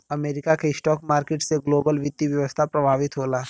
America के stock market से global वित्तीय व्यवस्था प्रभावित होला